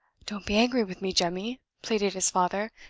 don't be angry with me, jemmy, pleaded his father.